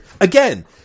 Again